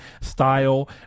style